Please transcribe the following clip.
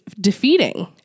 defeating